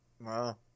Wow